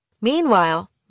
Meanwhile